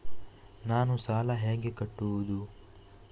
ನಾನು ಸಾಲ ಹೇಗೆ ಕಟ್ಟುವುದು?